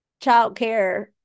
childcare